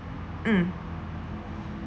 mm